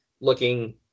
looking